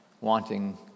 wanting